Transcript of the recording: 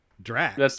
Drag